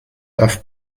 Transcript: auf